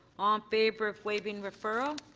um favor of waiving referral.